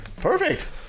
perfect